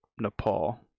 Nepal